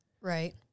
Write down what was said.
Right